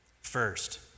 First